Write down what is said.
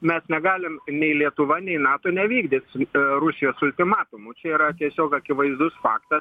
mes negalim nei lietuva nei nato nevykdyt rusijos ultimatumų čia yra tiesiog akivaizdus faktą